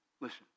Listen